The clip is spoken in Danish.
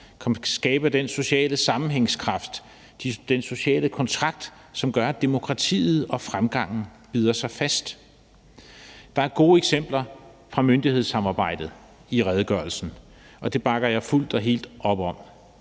skabe den sociale sammenhængskraft, den sociale kontrakt, som gør, at demokratiet og fremgangen bider sig fast. Der er gode eksempler fra myndighedssamarbejdet i redegørelsen, og det bakker jeg fuldt og helt op om.